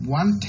one